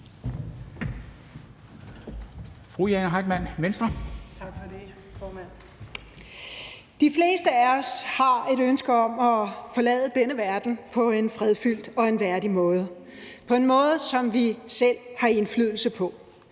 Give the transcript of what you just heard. De fleste af os har et ønske om at forlade denne verden på en fredfyldt og en værdig måde, på en måde, som vi selv har indflydelse på.